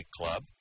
Club